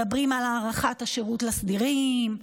מדברים על הארכת השירות לסדירים,